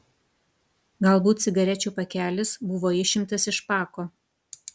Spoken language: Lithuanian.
galbūt cigarečių pakelis buvo išimtas iš pako